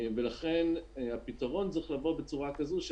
ולכן הפתרון צריך לבוא בצורה כזאת של